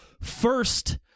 first